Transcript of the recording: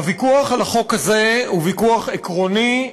הוויכוח על החוק הזה הוא ויכוח עקרוני,